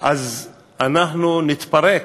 אנחנו נתפרק,